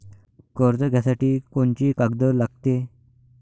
कर्ज घ्यासाठी कोनची कागद लागते?